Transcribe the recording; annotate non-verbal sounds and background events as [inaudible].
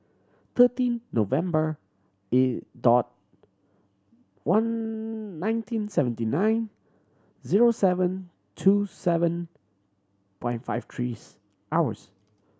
thirteen November [unintelligible] one nineteen seventy nine zero seven two seven five five threes hours